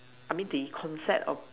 I mean the concept of